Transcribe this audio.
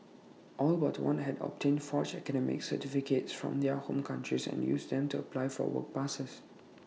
all but one had obtained forged academic certificates from their home countries and used them to apply for work passes